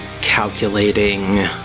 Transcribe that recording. calculating